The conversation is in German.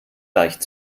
leicht